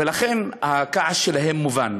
ולכן הכעס שלהם מובן.